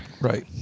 Right